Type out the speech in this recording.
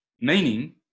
meaning